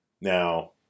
Now